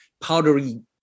powdery